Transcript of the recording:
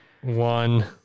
one